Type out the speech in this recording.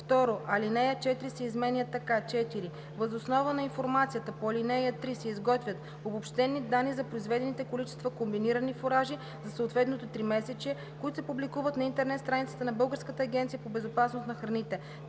2. Алинея 4 се изменя така: „(4) Въз основа на информацията по ал. 3 се изготвят обобщени данни за произведените количества комбинирани фуражи за съответното тримесечие, които се публикуват на интернет страницата на Българската агенция по безопасност на храните.